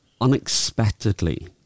unexpectedly